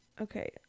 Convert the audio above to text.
Okay